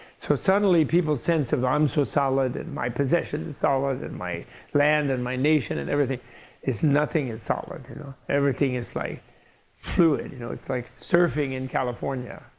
so suddenly, people's sense of i'm so solid and my possessions are solid, and my land, and my nation, and everything is nothing is solid. you know everything is like fluid. you know it's like surfing in california,